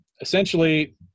essentially